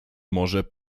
może